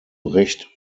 recht